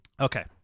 Okay